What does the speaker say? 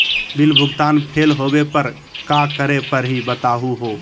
Bill भुगतान fail होवे पर का करै परही, बताहु हो?